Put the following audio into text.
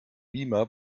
beamer